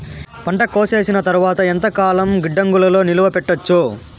పంట కోసేసిన తర్వాత ఎంతకాలం గిడ్డంగులలో నిలువ పెట్టొచ్చు?